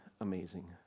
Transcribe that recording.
amazing